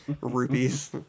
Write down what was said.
Rupees